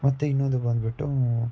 ಮತ್ತು ಇನ್ನೊಂದು ಬಂದ್ಬಿಟ್ಟು